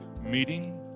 meeting